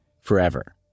forever